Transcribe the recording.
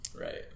Right